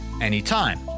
anytime